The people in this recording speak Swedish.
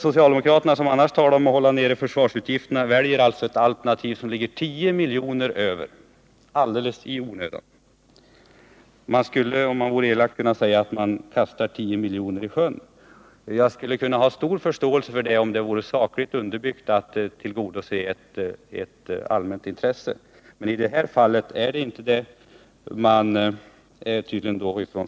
Socialdemokraterna, som annars talar om att hålla nere försvarsutgifterna, väljer alltså ett alternativ som ligger 10 miljoner över, alldeles i onödan. Man skulle, om man vore elak, kunna säga att majoriteten kastar 10 miljoner i sjön. Jag skulle ha stor förståelse för det om det vore sakligt underbyggt, om det gällde att tillgodose ett allmänt intresse. Men i det här fallet är det inte så.